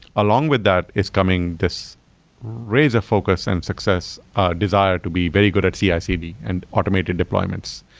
along with that is coming this razor-focused and success desire to be very good at cicd and automated deployments.